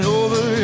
over